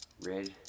Red